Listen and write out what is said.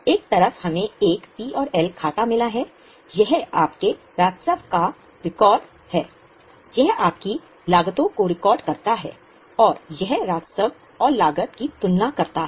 एक तरफ हमें एक पी और एल खाता मिला है यह आपके राजस्व को रिकॉर्ड करता है यह आपकी लागतों को रिकॉर्ड करता है और यह राजस्व और लागत की तुलना करता है